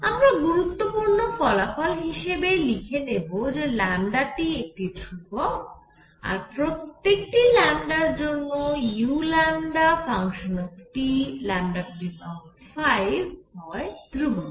আমরা গুরুত্বপূর্ণ ফলাফল হিসেবে লিখে নেব যে T একটি ধ্রুবক আর প্রত্যেকটি র জন্য u 5 ও হয় ধ্রুবক